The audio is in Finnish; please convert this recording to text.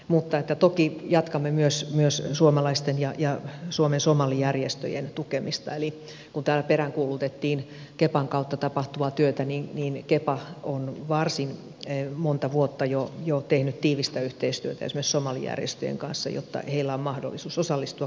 mutta toki jatkamme myös suomalaisten järjestöjen ja suomen somalijärjestöjen tukemista eli kun täällä peräänkuulutettiin kepan kautta tapahtuvaa työtä niin kepa on varsin monta vuotta jo tehnyt tiivistä yhteistyötä esimerkiksi somalijärjestöjen kanssa jotta heillä on mahdollisuus osallistua kansalaisjärjestökehitysyhteistyöhön